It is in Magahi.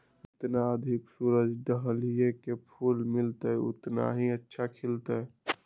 जितना अधिक सूरज डाहलिया के फूल मिलतय, उतना ही अच्छा खिलतय